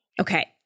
Okay